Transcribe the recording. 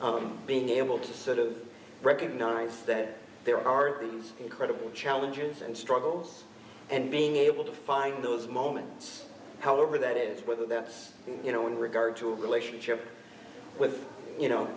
than being able to sort of recognize that there are these incredible challenges and struggles and being able to find those moments however that is whether that's you know in regard to a relationship with you know